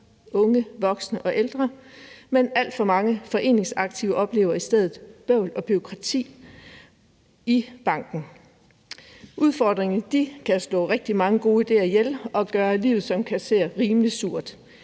unge, voksne og ældre, men alt for mange foreningsaktive oplever i stedet bøvl og bureaukrati i banken. Udfordringer kan slå rigtig mange gode idéer ihjel og gøre livet som kasserer rimelig surt.